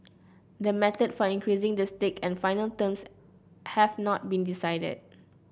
the method for increasing the stake and final terms have not been decided